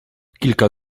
kilka